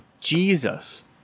Jesus